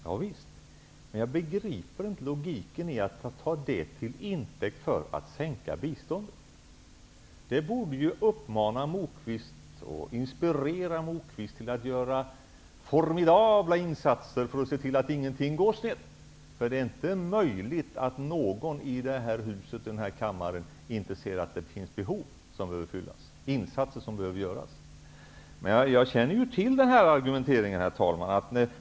Ja, visst, men jag begriper inte logiken i att det tas till intäkt för en minskning av biståndet. I stället borde det uppmana och inspirera Lars Moquist att göra formidabla insatser för att man ser till att ingenting går snett. Det är inte möjligt att någon i det här huset, i den här kammaren, inte ser att det finns behov som behöver tillfredsställas, att insatser behöver göras. Jag känner dock till den här sortens argumentering, herr talman!